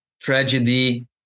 Tragedy